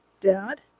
Dad